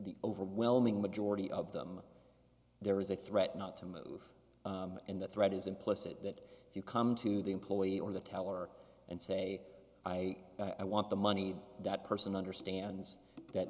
the overwhelming majority of them there is a threat not to move and the threat is implicit if you come to the employee or the teller and say i i want the money that person understands that